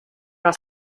are